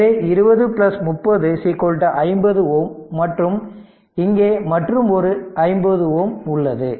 எனவே 20 30 50 Ω மற்றும் இங்கே மற்றொரு 50Ω இங்கே உள்ளது